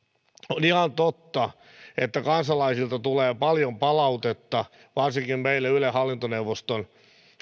on ihan totta että kansalaisilta tulee paljon palautetta varsinkin meille ylen hallintoneuvoston